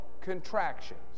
contractions